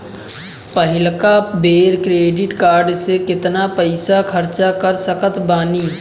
पहिलका बेर credit card से केतना पईसा खर्चा कर सकत बानी?